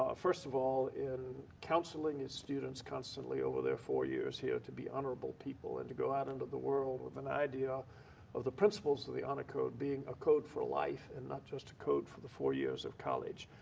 ah first of all in counseling the students constantly over their four years here to be honorable people and to go out into the world with an idea of the principles of the honor code being a code for life and not just a code for the four years of college.